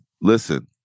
Listen